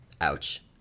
Ouch